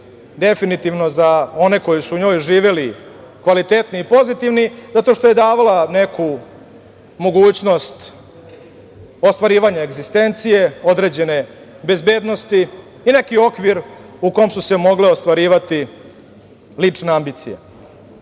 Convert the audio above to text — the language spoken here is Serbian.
definitivno za one koji su u njoj živeli, kvalitetni i pozitivni, zato što je davala neku mogućnost ostvarivanja egzistencije, određene bezbednosti, neki okvir u kom su se mogli ostvarivati lična ambicija. Ali,